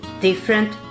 different